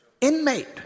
inmate